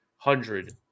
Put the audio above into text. Hundred